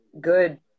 good